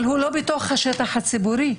אבל הוא לא בתוך השטח הציבורי.